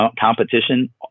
competition